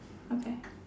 okay